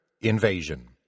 invasion